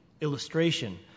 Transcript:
illustration